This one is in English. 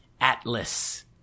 Atlas